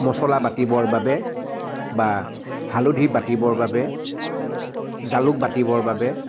মচলা বাতিবৰ বাবে বা হালধি বাতিবৰ বাবে জালুক বাতিবৰ বাবে